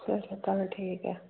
अच्छा चल ठीक ऐ